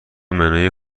منوی